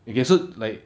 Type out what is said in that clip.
okay so like